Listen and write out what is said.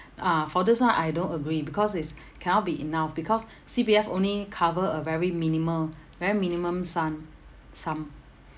ah for this [one] I don't agree because it's cannot be enough because C_P_F only cover a very minimal very minimum son sum